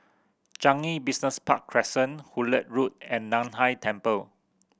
Changi Business Park Crescent Hullet Road and Nan Hai Temple